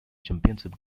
championship